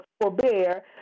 forbear